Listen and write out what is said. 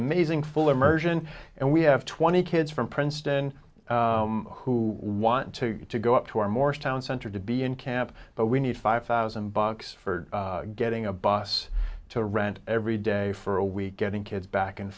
amazing full immersion and we have twenty kids from princeton who want to get to go up to our morristown center to be in camp but we need five thousand bucks for getting a bus to rent every day for a week getting kids back and